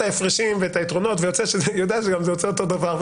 ההפרשים ואת היתרונות ויודע שזה יוצא אותו דבר,